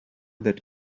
that